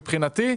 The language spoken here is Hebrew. מבחינתי,